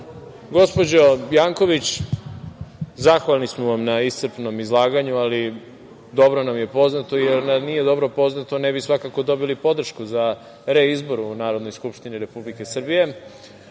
gospođo Janković, zahvalni smo vam na iscrpnom izlaganju, ali dobro nam je poznato. Da nam nije dobro poznato, ne bi svakako dobili podršku za reizbor u Narodnoj skupštini Republike Srbije. Nadam